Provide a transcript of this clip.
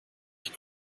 ich